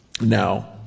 Now